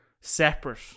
separate